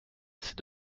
c’est